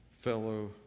fellow